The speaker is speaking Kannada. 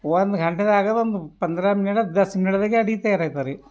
ಒಂದು ಗಂಟೆದಾಗ ಒಂದು ಪಂದ್ರಹ ಮಿನಿಟ್ ದಸ್ ಮಿನಿಟ್ದಾಗೆ ಅಡ್ಗೆ ತಯಾರಾಯ್ತಾವ್ರಿ